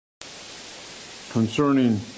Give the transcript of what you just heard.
concerning